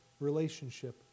relationship